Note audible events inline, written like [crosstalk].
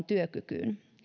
[unintelligible] työkykyyn